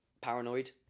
paranoid